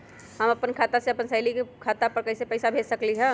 हम अपना खाता से अपन सहेली के खाता पर कइसे पैसा भेज सकली ह?